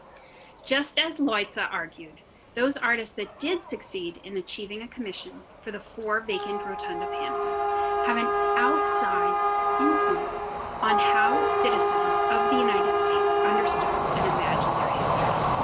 just as lights ah argued those artists that did succeed in achieving a commission for the for vacant rotunda panels have an outside influence on how citizens of the united states understood and imagine their history.